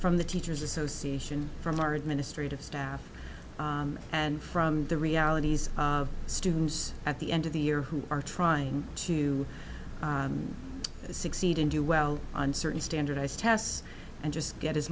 from the teachers association from our administrative staff and from the realities of students at the end of the year who are trying to succeed and do well on certain standardized tests and just get as